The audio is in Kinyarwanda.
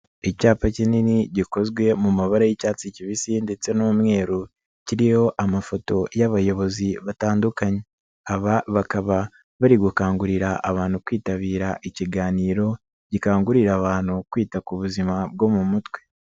Icyapa kinini gikozwe mu mabara y'icyatsi kibisi ndetse n'umweru kiriho amafoto y'abayobozi batandukanye. Aba bakaba bari gukangurira abantu kwitabira ikiganiro gikangurira abantu kwita ku buzima bwo mu mutwe.